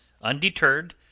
Undeterred